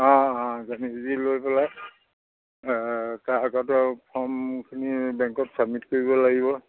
অঁ অঁ জানি বুজি লৈ পেলাই তাৰ আগতে ফৰ্মখিনি বেংকত ছাবমিট কৰিব লাগিব